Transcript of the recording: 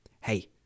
hey